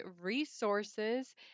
Resources